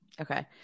Okay